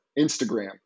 Instagram